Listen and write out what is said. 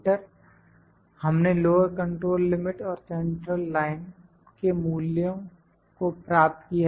इसलिए हमने lower control limit और सेंट्रल लाइन के मूल्यों को प्राप्त किया है